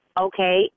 Okay